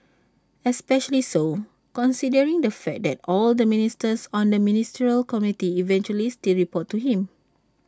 especially so considering the fact that all the ministers on the ministerial committee eventually still report to him